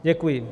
Děkuji.